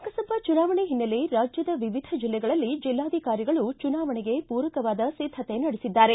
ಲೋಕಸಭಾ ಚುನಾವಣೆ ಹಿನ್ನೆಲೆ ರಾಜ್ಯದ ವಿವಿಧ ಜಿಲ್ಲೆಗಳಲ್ಲಿ ಜಿಲ್ಲಾಧಿಕಾರಿಗಳು ಚುನಾವಣೆಗೆ ಪೂರಕವಾದ ಸಿದ್ದತೆ ನಡೆಸಿದ್ದಾರೆ